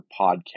podcast